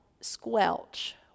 squelch